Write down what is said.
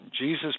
Jesus